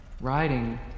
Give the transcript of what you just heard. Riding